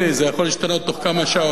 זה יכול להשתנות בתוך כמה שעות.